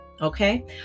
Okay